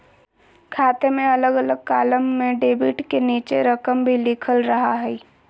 खाते में अलग अलग कालम में डेबिट के नीचे रकम भी लिखल रहा हइ